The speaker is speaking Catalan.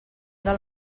del